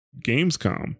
Gamescom